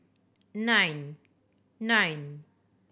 nine nine